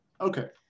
Okay